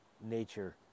nature